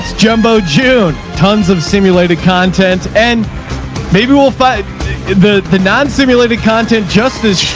jumbo, june tons of simulated content, and maybe we'll fight the, the non simulated content just as